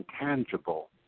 intangible